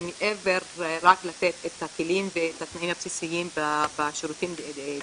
שהיא מעבר לרק לתת את הכלים ואת הכלים הבסיסיים בשירותים דיגיטליים.